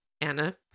Anna